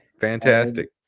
fantastic